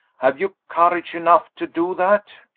have you courage enough to do that?